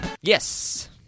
Yes